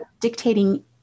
dictating